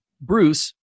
Bruce